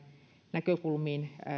näkökulmiin